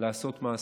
לעשות מעשה.